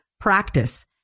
practice